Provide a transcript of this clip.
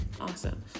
Awesome